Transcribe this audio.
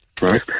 right